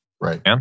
Right